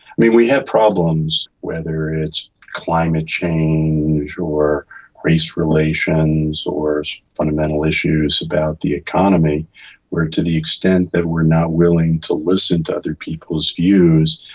we we have problems, whether it's climate change or race relations or fundamental issues about the economy where to the extent that we are not willing to listen to other people's views,